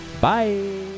bye